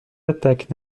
attaques